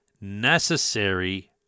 Necessary